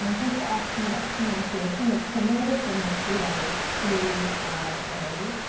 um thanks for asking about the pronunciation. it's similar to saying the three letters t r a,